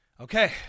okay